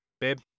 Babe